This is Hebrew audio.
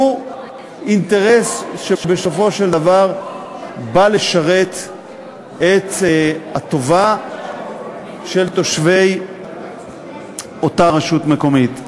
הוא אינטרס שבסופו של דבר בא לשרת את הטובה של תושבי אותה רשות מקומית.